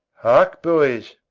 hark, boys.